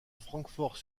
francfort